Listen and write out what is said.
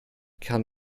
kann